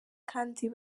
kandi